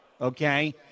okay